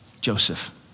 Joseph